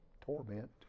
torment